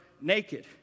naked